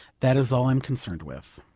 that is all i am concerned with.